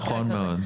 נכון מאוד.